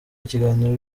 ikiganiro